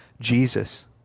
jesus